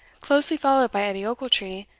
closely followed by edie ochiltree,